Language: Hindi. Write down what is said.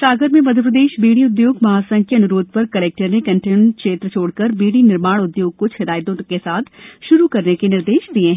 सागर में मध्यप्रदेश बीड़ी उधोग महासंघ के अन्रोध पर कलेक्टर ने कण्टेन्मेंट क्षेत्र छोड़कर बीड़ी निर्माण उधोग क्छ हिदायतों के साथ श्रू करने के आदेश दे दिए है